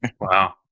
Wow